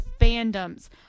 fandoms